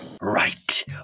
Right